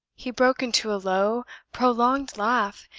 he broke into a low, prolonged laugh,